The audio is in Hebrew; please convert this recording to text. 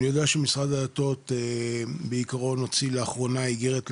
אני יודע שמשרד הדתות בעיקרון הוציא לאחרונה איגרת לאזרח.